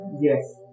Yes